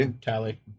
tally